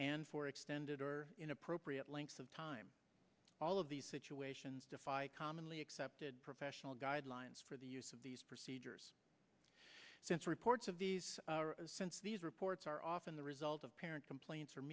and for extended or inappropriate length of time all of these situations defy commonly accepted professional guidelines for the use of these procedures since reports of these since these reports are often the result of parent complaints